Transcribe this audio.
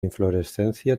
inflorescencia